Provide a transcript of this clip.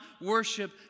worship